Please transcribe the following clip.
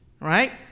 right